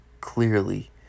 clearly